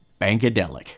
Bankadelic